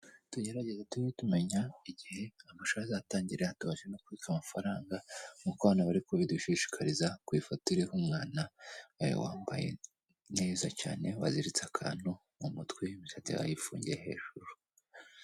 Tugerageze tujye tumenya igihe amashuri azatangirira, tubasha no kubika amafaranga, nk'uko hano bari kubidushishikariza, ku ifoto iriho umwana, wambaye neza cyane, waziritse akantu mu mutwe, imisatsi yayifungiye hejuru.